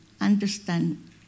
understand